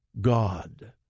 God